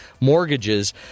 mortgages